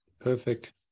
Perfect